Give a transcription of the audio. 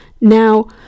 Now